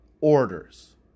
orders